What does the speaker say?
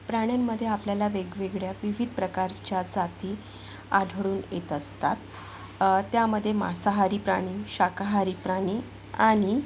प्राण्यांमध्ये आपल्याला वेगवेगळ्या विविध प्रकारच्या जाती आढळून येत असतात त्यामध्ये मांसाहारी प्राणी शाकाहारी प्राणी आणि